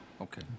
Okay